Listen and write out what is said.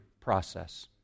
process